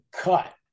cut